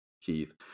Keith